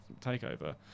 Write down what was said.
takeover